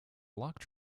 locke